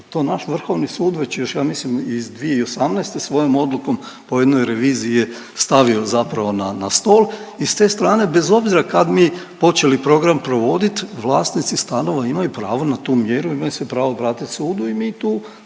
to naš Vrhovni sud već još ja mislim iz 2018. svojom odlukom po jednoj reviziji je stavio zapravo na stol i s te strane bez obzira kad mi počeli program provoditi vlasnici stanova imaju pravo na tu mjeru i imaju se pravo obratiti sudu i mi tu